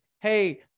hey